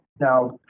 now